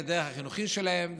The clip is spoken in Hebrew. את הדרך החינוכית שלהם,